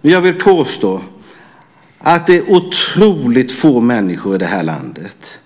Men jag vill påstå att det är otroligt få människor i det här landet